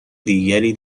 دیگری